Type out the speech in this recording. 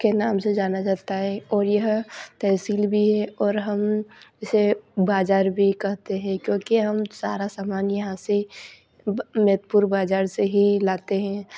के नाम से जाना जाता है और यह तहसील भी है और हम इसे बाजार भी कहते हैं क्योंकि हम सारा सामान यहाँ से बा नेतपुर बाजार से ही लाते हैं